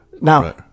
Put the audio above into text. Now